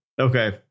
okay